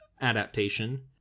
adaptation